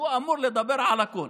שאמור לדבר על הכול.